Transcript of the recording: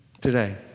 today